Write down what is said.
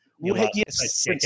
Yes